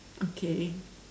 okay